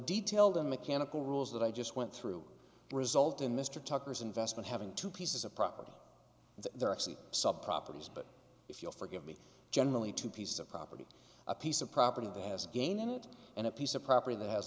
detailed and mechanical rules that i just went through result in mr tucker's investment having two pieces of property that they're actually sub properties but if you'll forgive me generally two pieces of property a piece of property that has gained in it and a piece of property that has